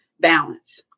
balance